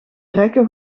rekken